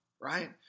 right